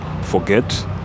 forget